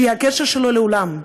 שהיא הקשר שלו לעולם,